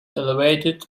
elevated